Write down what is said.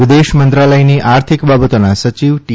વિદેશમંત્રાલયની આર્થિક બાબતોના સચિવ ટી